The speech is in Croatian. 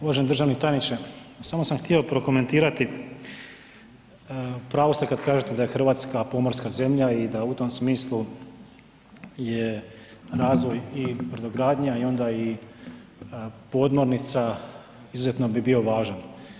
Uvaženi državni tajniče samo sam htio prokomentirati, u pravu ste kad kažete da je Hrvatska pomorska zemlja i da u tom smislu je razvoj i brodogradnja i onda i podmornica izuzetno bi bio važan.